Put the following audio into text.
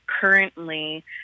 currently